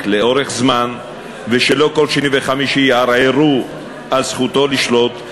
לאורך זמן ושלא כל שני וחמישי יערערו על זכותו לשלוט,